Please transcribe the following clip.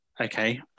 Okay